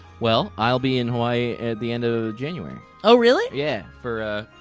well, i'll be in hawaii at the end of january. oh, really? yeah. for,